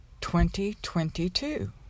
2022